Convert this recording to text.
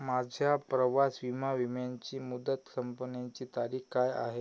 माझ्या प्रवास विमा विम्यांची मुदत संपण्याची तारीख काय आहे